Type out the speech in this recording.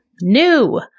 new